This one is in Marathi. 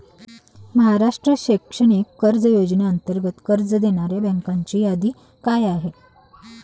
महाराष्ट्र शैक्षणिक कर्ज योजनेअंतर्गत कर्ज देणाऱ्या बँकांची यादी काय आहे?